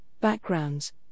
backgrounds